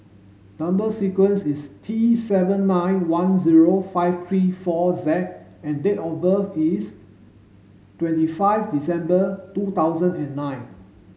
number sequence is T seven nine one zero five three four Z and date of birth is twenty five December two thousand and nine